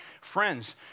Friends